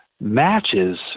matches